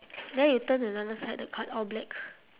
then you turn another side the card all black